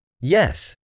Yes